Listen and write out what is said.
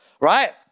right